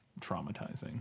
traumatizing